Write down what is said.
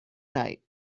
night